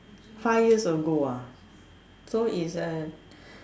five years ago ah so it's a